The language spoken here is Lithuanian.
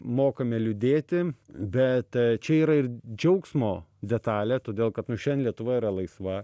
mokame liūdėti bet čia yra ir džiaugsmo detalė todėl kad nu šiandien lietuva yra laisva